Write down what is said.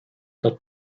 that